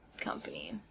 company